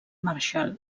marshall